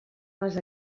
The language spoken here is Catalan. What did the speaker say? les